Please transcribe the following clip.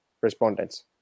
respondents